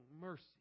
mercy